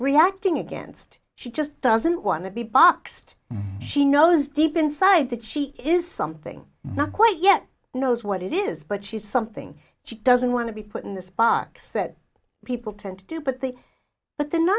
reacting against she just doesn't want to be boxed she knows deep inside that she is something not quite yet knows what it is but she's something she doesn't want to be put in this box that people tend to do but the but the